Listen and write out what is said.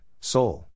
soul